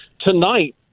Tonight